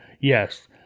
yes